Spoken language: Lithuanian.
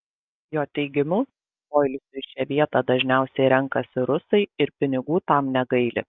jo teigimu poilsiui šią vietą dažniausiai renkasi rusai ir pinigų tam negaili